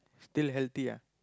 still healthy ah